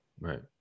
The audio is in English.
Right